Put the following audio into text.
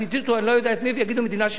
או אני לא יודע את מי ויגידו: מדינה שוויונית.